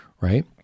right